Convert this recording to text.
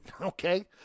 okay